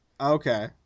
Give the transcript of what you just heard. Okay